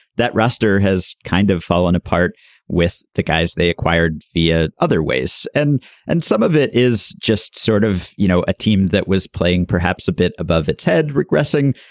that roster has kind of fallen apart with the guys they acquired the ah other ways and and some of it is just sort of you know a team that was playing perhaps a bit above its head regressing.